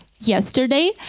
yesterday